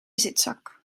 zitzak